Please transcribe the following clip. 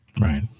Right